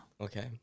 Okay